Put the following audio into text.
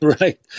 Right